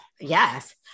Yes